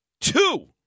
two